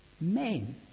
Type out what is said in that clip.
men